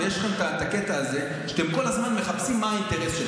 יש לכם את הקטע הזה שאתם כל הזמן מחפשים מה האינטרס.